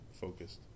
focused